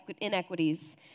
inequities